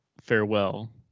farewell